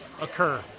occur